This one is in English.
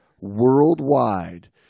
worldwide